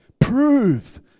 Prove